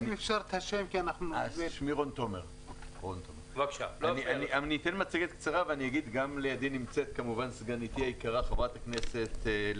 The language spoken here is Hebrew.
זה גם חשוב, אגע גם בזה.